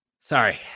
Sorry